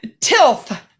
tilth